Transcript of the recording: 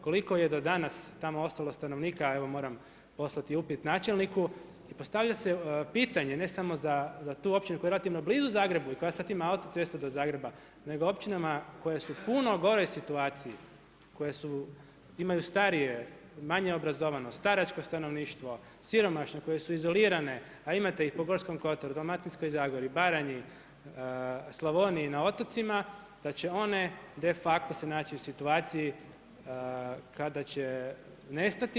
Koliko je do danas tamo ostalo stanovnika, evo moram poslati upit načelniku, postavlja se pitanje, ne samo za tu općinu koja je relativno blizu Zagrebu i koja sad ima autocestu do Zagreba, nego općinama koje su u punoj goroj situaciji, koje su, imaju starije, manje obrazovano, staračko stanovništvo, siromašno koje su izolirane, a imate ih po Gorskom Kotaru, Dalmatinskoj zagori, Baranji, Slavoniji na otocima, da će one de facto se naći u situaciji kada će nestati.